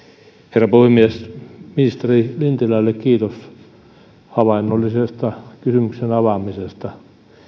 herra puhemies ministeri lintilälle kiitos havainnollisesta kysymyksen avaamisesta